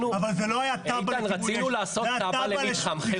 אבל זה לא היה תב"ע לכיבוי אש.